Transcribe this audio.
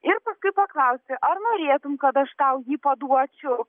ir paklausi ar norėtum kad aš tau jį paduočiau